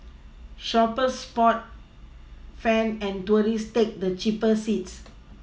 shoppers sport fan and tourist take the cheaper seats